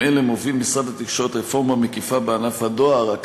אלה משרד התקשורת מוביל רפורמה מקיפה בענף הדואר,